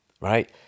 right